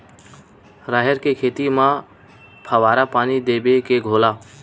राहेर के खेती म फवारा पानी देबो के घोला?